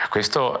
Questo